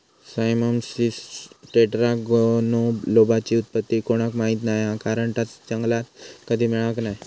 Cyamopsis टेट्रागोनोलोबाची उत्पत्ती कोणाक माहीत नाय हा कारण ता जंगलात कधी मिळाक नाय